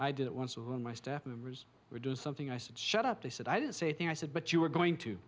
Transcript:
i did it once when my staff members were do something i said shut up he said i didn't say a thing i said but you were going to